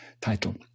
title